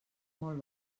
molt